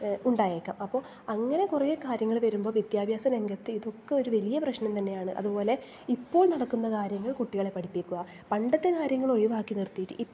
ഉണ്ടായേക്കാം അപ്പോൾ അങ്ങനെ കുറേ കാര്യങ്ങൾ വരുമ്പോൾ വിദ്യാഭ്യാസ രംഗത്ത് ഇതൊക്കെ ഒരു വലിയ പ്രശ്നം തന്നെയാണ് അതുപോലെ ഇപ്പോൾ നടക്കുന്ന കാര്യങ്ങൾ കുട്ടികളെ പഠിപ്പിക്കുക പണ്ടത്തെ കാര്യങ്ങൾ ഒഴിവാക്കി നിർത്തിയിട്ട്